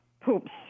poops